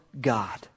God